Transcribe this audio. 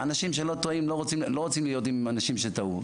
ואנשים שלא טועים לא רוצים להיות עם אנשים שטעו.